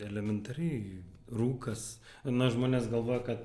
elementariai rūkas na žmonės galvoja kad